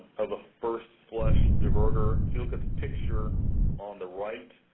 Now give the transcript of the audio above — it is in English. of a first flush diverter. if you look at the picture on the right,